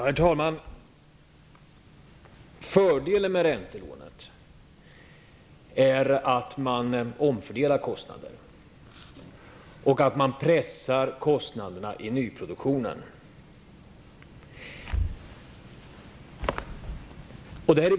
Herr talman! Fördelen med räntelån är att kostnader omfördelas och att kostnaderna i nyproduktionen pressas ner.